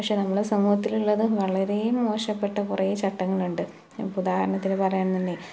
പക്ഷെ നമ്മുടെ സമൂഹത്തിലുള്ളത് വളരെ മോശപ്പെട്ട കുറേ ചട്ടങ്ങളുണ്ട് ഇപ്പുദാഹരണത്തിന് പറയുക എന്നുണ്ടെങ്കിൽ